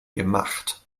gemacht